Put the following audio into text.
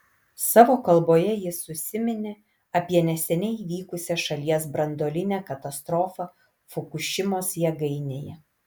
savo kalboje jis užsiminė apie neseniai įvykusią šalies branduolinę katastrofą fukušimos jėgainėje